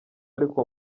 ariko